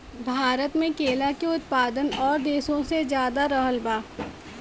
भारत मे केला के उत्पादन और देशो से ज्यादा रहल बा